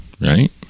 right